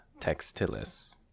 textilis